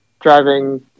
driving